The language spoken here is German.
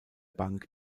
bank